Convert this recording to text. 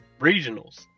regionals